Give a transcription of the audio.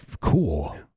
Cool